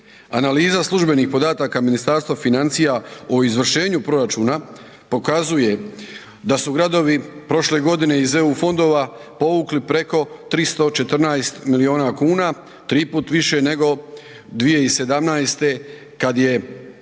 Analiza službenih podataka Ministarstva financija o izvršenju proračuna pokazuje da su gradovi prošle godine iz EU fondova povukli preko 314 milijuna kuna, 3 puta više nego 2017. kad je povučeno